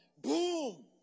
Boom